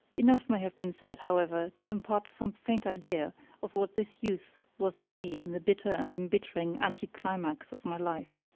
enough may have been said, however, to impart some faint idea of what this youth was to me in the bitter and embittering anti-climax of my life.